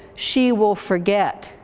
she will forget.